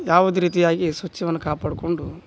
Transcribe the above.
ಯಾವ್ದೇ ರೀತಿಯಾಗಿ ಸ್ವಚ್ಛವನ್ನು ಕಾಪಾಡಿಕೊಂಡು